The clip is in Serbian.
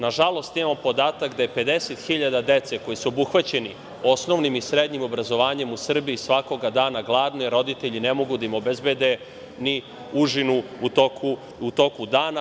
Nažalost, imamo podatak je 50.000 dece koja su obuhvaćena osnovnim i srednjim obrazovanjem u Srbiji svakog dana gladno, jer roditelji ne mogu da im obezbede ni užinu u toku dana.